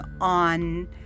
on